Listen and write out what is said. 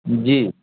जी